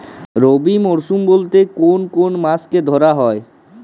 রবি মরশুম বলতে কোন কোন মাসকে ধরা হয়?